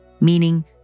Meaning